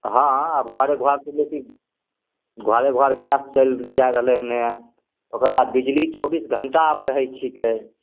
हँ हँ आब घरे घर सुनै छी घरे घर गैस चैल जाए रहलै हने ओकरबाद बिजली चौबीस घंटा आब रहै छिकै